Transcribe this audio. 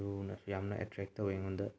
ꯑꯗꯨꯅ ꯌꯥꯝꯅ ꯑꯦꯛꯇ꯭ꯔꯦꯛ ꯇꯧꯏ ꯑꯩꯉꯣꯟꯗ